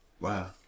wow